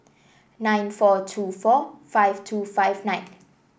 nine four two four five two five nine